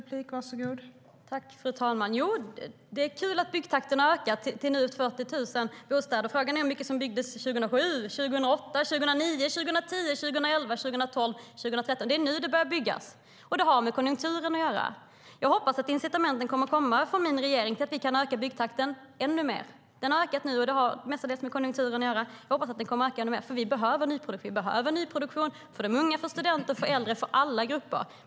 Fru talman! Det är kul att byggtakten har ökat till drygt 40 000 bostäder. Frågan är hur mycket som byggdes 2007, 2008, 2009, 2010, 2011, 2012 och 2013. Det är nu det börjar byggas, och det har med konjunkturen att göra. Jag hoppas att det kommer incitament från min regering, så att vi kan öka byggtakten ännu mer. Den har ökat, och det har till största delen med konjunkturen att göra. Jag hoppas att den kommer att öka ännu mer, för vi behöver nyproduktion för unga, för studenter, för äldre och för alla grupper.